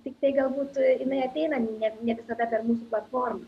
tiktai galbūt jinai ateina ne visada per mūsų platformą